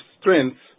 strengths